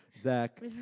Zach